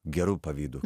geru pavydu